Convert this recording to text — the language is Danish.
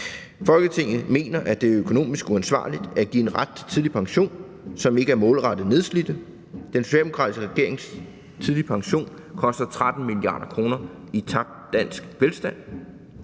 Folketinget mener, at det er økonomisk uansvarligt at give en ret til tidlig pension, som ikke er målrettet nedslidte. Den socialdemokratiske regerings tidlige pension koster 13 mia. kr. i tabt dansk velstand,